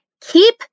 keep